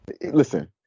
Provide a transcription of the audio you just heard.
Listen